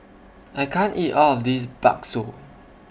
I can't eat All of This Bakso